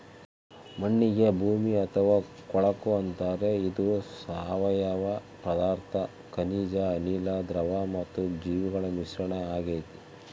ಮಣ್ಣಿಗೆ ಭೂಮಿ ಅಥವಾ ಕೊಳಕು ಅಂತಾರೆ ಇದು ಸಾವಯವ ಪದಾರ್ಥ ಖನಿಜ ಅನಿಲ, ದ್ರವ ಮತ್ತು ಜೀವಿಗಳ ಮಿಶ್ರಣ ಆಗೆತೆ